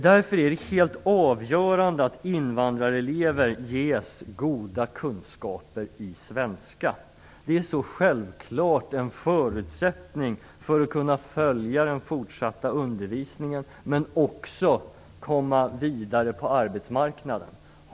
Det är därför helt avgörande att invandrarelever ges goda kunskaper i svenska. Det är självfallet en förutsättning för att de skall kunna följa den fortsatta undervisningen, men också för att de skall kunna komma vidare på arbetsmarknaden.